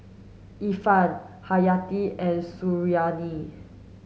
Irfan Haryati and Suriani